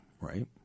right